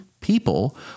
people